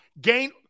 gain